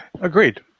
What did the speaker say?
Agreed